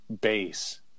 base